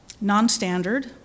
Non-standard